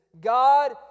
God